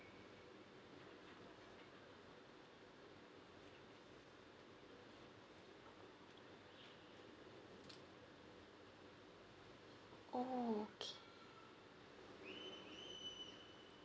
oh okay